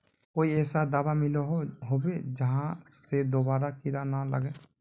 कोई ऐसा दाबा मिलोहो होबे जहा से दोबारा कीड़ा ना लागे?